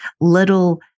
little